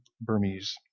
Burmese